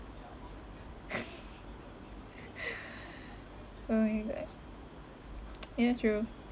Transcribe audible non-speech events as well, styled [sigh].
[laughs] oh my god [noise] ya true